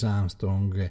Armstrong